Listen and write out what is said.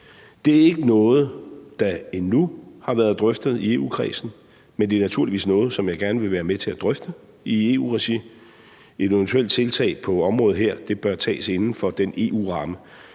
Det er ikke noget, der endnu har været drøftet i EU-kredsen, men det er naturligvis noget, som jeg gerne vil være med til at drøfte i EU-regi. Et eventuelt tiltag på området her bør tages inden for den EU-ramme,